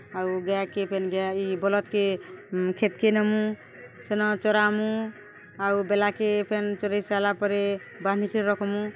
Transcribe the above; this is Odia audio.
ଆଉ ଗାଏକେ ଫେନ୍ ଗାଏ ଇ ବଲଦ୍କେ ଖେତ୍କେ ନେମୁ ସେନ ଚରାମୁ ଆଉ ବେଲାକେ ଫେନ୍ ଚରେଇ ସାର୍ଲା ପରେ ବାନ୍ଧିକି ରଖ୍ମୁ